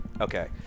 Okay